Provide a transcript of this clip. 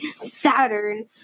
Saturn